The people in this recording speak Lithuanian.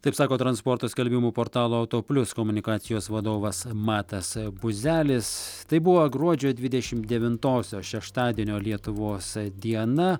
taip sako transporto skelbimų portalo autoplius komunikacijos vadovas matas buzelis tai buvo gruodžio dvidešim devintosios šeštadienio lietuvos diena